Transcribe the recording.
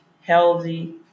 healthy